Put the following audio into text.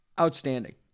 Outstanding